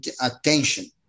attention